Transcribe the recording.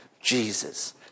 Jesus